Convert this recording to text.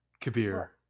kabir